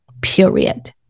period